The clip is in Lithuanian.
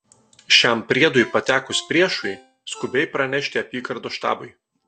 šiam priedui patekus priešui skubiai pranešti apygardos štabui